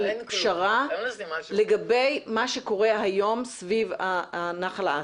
פשרה לגבי מה שקורה היום סביב נחל האסי.